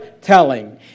telling